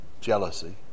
jealousy